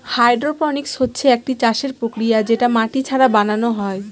hydroponics হচ্ছে একটি চাষের প্রক্রিয়া যেটা মাটি ছাড়া বানানো হয়